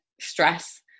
stress